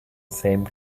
same